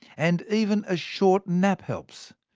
and even a short nap helps.